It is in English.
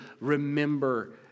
remember